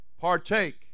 partake